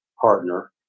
partner